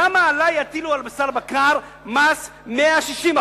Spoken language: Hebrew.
למה עלי יטילו, על בשר בקר מס 160%?